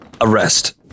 arrest